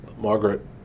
Margaret